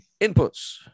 inputs